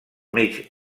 mig